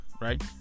right